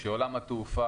כשעולם התעופה,